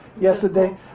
yesterday